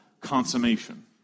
consummation